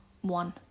one